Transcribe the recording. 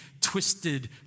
twisted